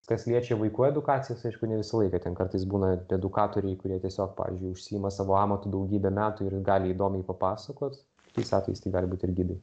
kas liečia vaikų edukacijas aišku ne visą laiką ten kartais būna edukatoriai kurie tiesiog pavyzdžiui užsiima savo amatu daugybę metų ir gali įdomiai papasakot tais atvejais tai gali būt ir gidai